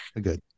good